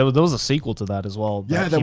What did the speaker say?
ah there was a sequel to that as well. yeah.